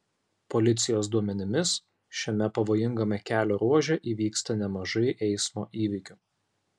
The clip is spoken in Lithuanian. policijos duomenimis šiame pavojingame kelio ruože įvyksta nemažai eismo įvykių